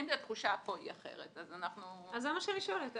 אם התחושה פה אחרת אז אנחנו --- אז זה מה שאני שואלת.